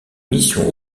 mission